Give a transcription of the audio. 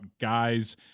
guys